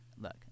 look